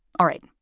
all right.